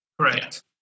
Correct